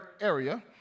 area